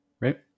right